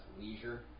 leisure